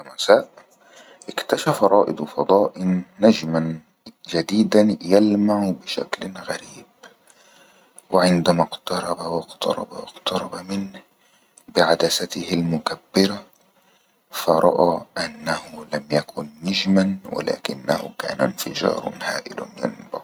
زات مساء اكتشف رائد فضاءن نجمن جديدن يلمع بشكل غريب وعندما اقترب واقترب واقترب منه بعدسته المكبره فرأى انه لم يكن نجما ولكنه كتن كان انفجار هائل ينبع